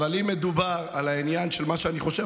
אבל זה אפשרי לפי התקנון,